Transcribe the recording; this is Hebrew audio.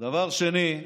דבר שני,